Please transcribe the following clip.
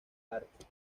arte